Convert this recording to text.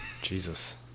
Jesus